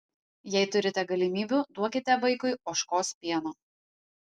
jei turite galimybių duokite vaikui ožkos pieno